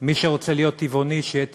מי שרוצה להיות טבעוני שיהיה טבעוני,